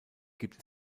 gibt